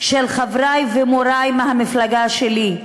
של חברי ומורי מהמפלגה שלי,